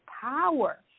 power